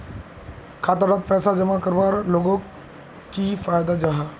खाता डात पैसा जमा करवार लोगोक की फायदा जाहा?